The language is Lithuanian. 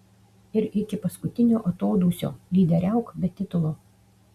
ir iki paskutinio atodūsio lyderiauk be titulo